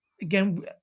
again